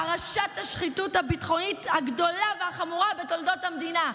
פרשת השחיתות הביטחונית הגדולה והחמורה בתולדות המדינה,